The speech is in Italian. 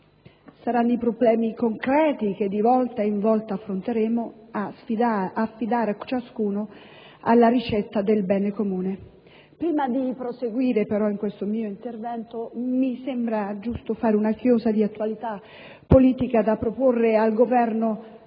Saranno i problemi concreti che di volta in volta affronteremo ad affidare a ciascuno la ricerca del bene comune. Prima di proseguire questo mio intervento, mi sembra giusto fare una chiosa di attualità politica da proporre al Governo,